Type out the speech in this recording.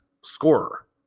scorer